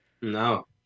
No